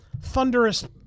thunderous